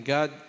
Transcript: God